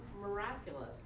miraculous